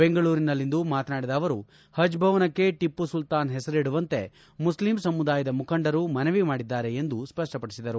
ಬೆಂಗಳೂರಿನಲ್ಲಿಂದು ಮಾತನಾಡಿದ ಅವರು ಪಜ್ ಭವನಕ್ಕೆ ಟಿಪ್ಪು ಸುಲ್ತಾನ್ ಹೆಸರಿಡುವಂತೆ ಮುಸ್ಲಿಂ ಸಮುದಾಯದ ಮುಖಂಡರು ಮನವಿ ಮಾಡಿದ್ದಾರೆ ಎಂದು ಸ್ಪಷ್ಟಪಡಿಸಿದರು